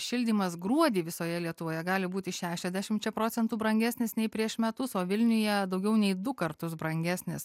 šildymas gruodį visoje lietuvoje gali būti šešiasdešimčia procentų brangesnis nei prieš metus o vilniuje daugiau nei du kartus brangesnis